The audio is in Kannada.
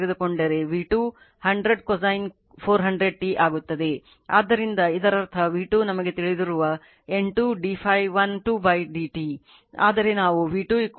ಆದ್ದರಿಂದ ಇದರರ್ಥ v 2 ನಮಗೆ ತಿಳಿದಿರುವ N 2 dΦ 1 2 dt ಆದರೆ ನಾವು v2 1000 cos 400t ಅನ್ನು ಪಡೆದುಕೊಂಡಿದ್ದೇವೆ